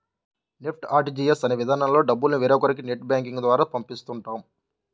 NEFT, RTGS అనే విధానాల్లో డబ్బుల్ని వేరొకరికి నెట్ బ్యాంకింగ్ ద్వారా పంపిస్తుంటాం